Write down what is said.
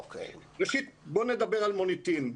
ראשית, בוא נדבר על מוניטין.